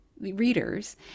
readers